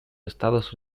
estados